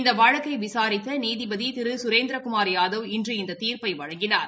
இந்த வழக்கிளை விசாரித்த நீதிபதி திரு திரு சுரேந்திரகுமார் யாதவ் இன்று இந்த தீர்ப்பினை வழங்கினார்